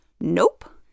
Nope